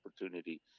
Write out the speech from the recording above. opportunity